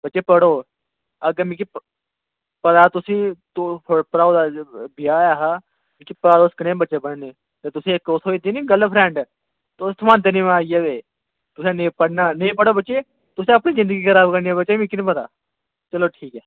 बच्चे पढ़ो अग्गें मिगी पता तुसेंईं थुआढ़े भ्राऊ दा ब्याह् हा मिकी पता तुस कनेह् बच्चे पढने तो तुसेंईं इक्क ओह् थ्होई दी निं गर्लफ्रैंड तुस थम्हा्दे निं मां जाहबे तुसें नेईं पढ़ना नेईं पढ़ो बच्चे तुसें अपनी जिंदगी खराब करनी बच्चे मिगी निं पता चलो ठीक ऐ